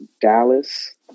Dallas